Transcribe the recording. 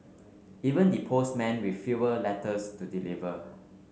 even the postmen with fewer letters to deliver